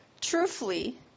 truthfully